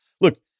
look